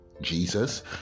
Jesus